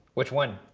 which one?